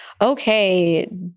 Okay